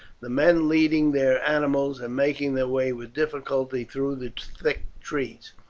the men leading their animals, and making their way with difficulty through the thick trees.